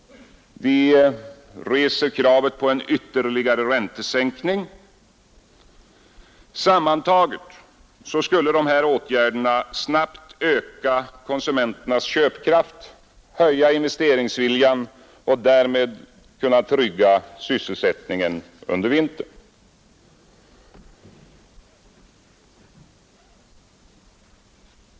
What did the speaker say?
Vi reser även krav på en ytterligare räntesänkning. Sammantaget skulle dessa åtgärder snabbt öka konsumenternas köpkraft och höja investeringsviljan och därmed trygga sysselsättningen under vintern.